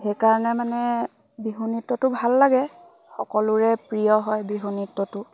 সেইকাৰণে মানে বিহু নৃত্যটো ভাল লাগে সকলোৰে প্ৰিয় হয় বিহু নৃত্যটো